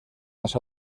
las